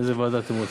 איזו ועדה אתם רוצים?